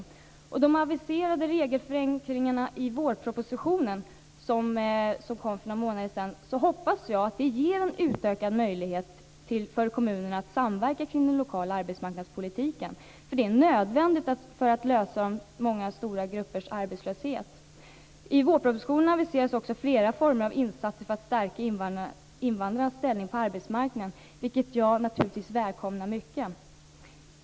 Jag hoppas att de aviserade regelförenklingarna i vårpropositionen för någon månad sedan kommer att ge en utökad möjlighet för kommunerna att samverka kring den lokala arbetsmarknadspolitiken. Det är nödvändigt för att lösa problemen med arbetslösheten bland många stora grupper. I vårpropositionen aviseras också flera former av insatser för att stärka invandrarnas ställning på arbetsmarknaden. Det välkomnar jag mycket.